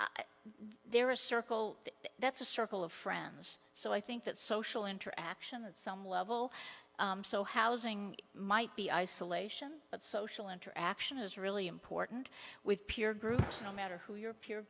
they're a circle that's a circle of friends so i think that social interaction at some level so housing might be isolation but social interaction is really important with peer groups no matter who your peer